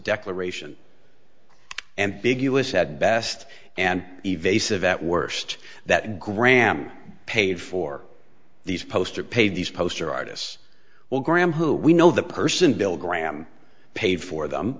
declaration ambiguous at best and evasive at worst that graham paid for these poster paid these poster artists will graham who we know the person bill graham paid for them